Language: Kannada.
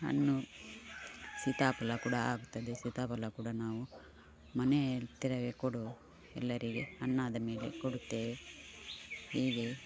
ಹಣ್ಣು ಸೀತಾಫಲ ಕುಡ ಆಗ್ತದೆ ಸೀತಾಫಲ ಕೂಡ ನಾವು ಮನೆ ಹತ್ತಿರವೇ ಕೊಡು ಎಲ್ಲರಿಗೆ ಹಣ್ಣಾದ ಮೇಲೆ ಕೊಡುತ್ತೇವೆ ಹೀಗೆ